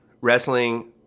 wrestling